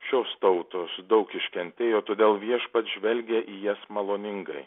šios tautos daug iškentėjo todėl viešpats žvelgia į jas maloningai